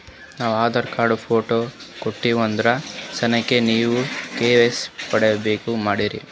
ನಾವು Aadhaar card, photo ಕೊಟ್ಟೀವಂದ್ರ ಸಾಕೇನ್ರಿ ನೀವ ಕೆ.ವೈ.ಸಿ ಅಪಡೇಟ ಮಾಡ್ತೀರಿ?